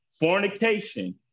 fornication